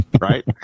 Right